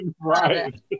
right